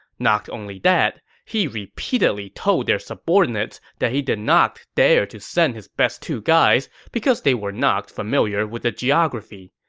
not only that, he repeatedly told their subordinates that he did not dare to send his best two guys because they weren't familiar with the geography.